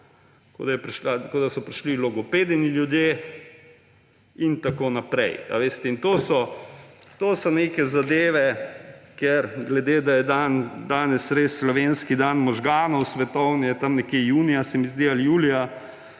kot da so prišli k logopedinji ljudje, in tako naprej. To so neke zadeve. Glede na to, da je danes res slovenski dan možganov, svetovni je tam nekje junija, se mi zdi, ali julija,